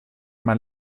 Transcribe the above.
man